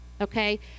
Okay